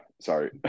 sorry